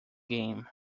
game